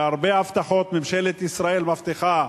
שהרבה הבטחות ממשלת ישראל מבטיחה,